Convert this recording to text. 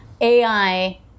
AI